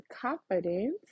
confidence